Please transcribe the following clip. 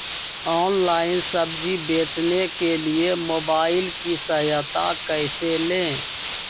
Online सब्जी बेचने के लिए मोबाईल की सहायता कैसे ले?